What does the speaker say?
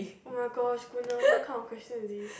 oh-my-gosh goodness what kind of question is this